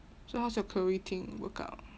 so how's your chloe ting workout